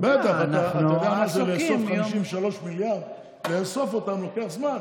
אז אי-אפשר להאשים אותם כל הזמן.